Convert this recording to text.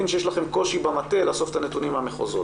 שיש לכם קושי במטה לאסוף את הנתונים מהמחוזות.